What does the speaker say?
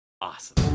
Awesome